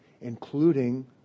Including